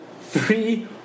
three